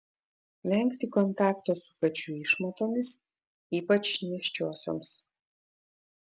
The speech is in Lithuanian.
vengti kontakto su kačių išmatomis ypač nėščiosioms